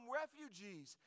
refugees